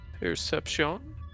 Perception